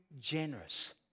generous